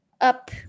up